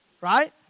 Right